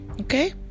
Okay